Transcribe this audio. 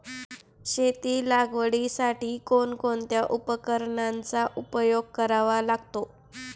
शेती लागवडीसाठी कोणकोणत्या उपकरणांचा उपयोग करावा लागतो?